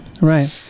Right